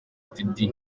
rtd